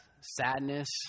sadness